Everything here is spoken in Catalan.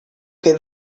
que